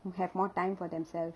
to have more time for themselves